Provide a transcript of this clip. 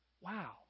wow